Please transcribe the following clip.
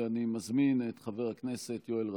ואני מזמין את חבר הכנסת יואל רזבוזוב,